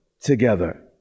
together